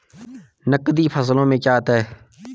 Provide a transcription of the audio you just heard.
नकदी फसलों में क्या आता है?